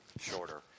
shorter